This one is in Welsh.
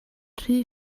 rhy